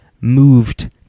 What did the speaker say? moved